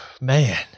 Man